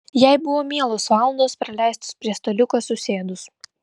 jai buvo mielos valandos praleistos prie staliuko susėdus